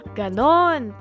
ganon